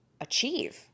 achieve